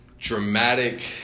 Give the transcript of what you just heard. dramatic